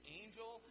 angel